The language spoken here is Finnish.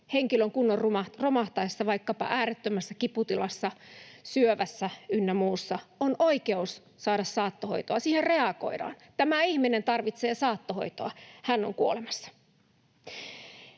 henkilön kunnon romahtaessa vaikkapa äärettömässä kiputilassa, syövässä ynnä muussa, on oikeus saada saattohoitoa, siihen reagoidaan, ”tämä ihminen tarvitsee saattohoitoa, hän on kuolemassa”.